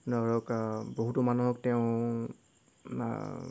ধৰক বহুতো মানুহক তেওঁ